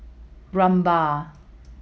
Rumbia